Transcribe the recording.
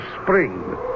spring